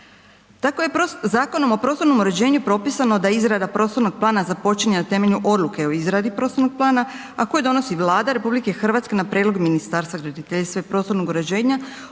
Tako je Zakonom o prostornom uređenju propisano da izrada prostornog plana za započinje na temelju odluke o izradi prostornog plana a koje donosi Vlada RH na prijedlog Ministarstva graditeljstva i prostornog uređenja